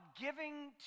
giving